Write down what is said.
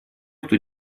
кто